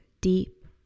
deep